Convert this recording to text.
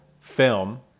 film